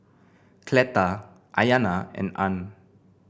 Cleta Ayana and Arne